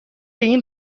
این